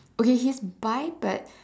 okay he's buy but